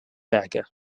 berger